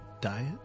diet